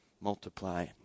multiply